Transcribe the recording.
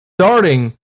starting